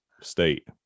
state